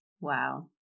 Wow